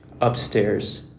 upstairs